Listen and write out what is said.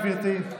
גברתי,